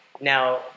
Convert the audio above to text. now